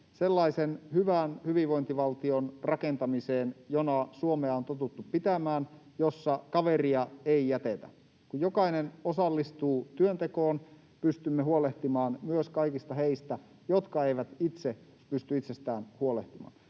sellaisen hyvän hyvinvointivaltion rakentamiseen, jona Suomea on totuttu pitämään, jossa kaveria ei jätetä. Kun jokainen osallistuu työntekoon, pystymme huolehtimaan myös kaikista heistä, jotka eivät itse pysty itsestään huolehtimaan.